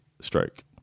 strike